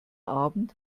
abend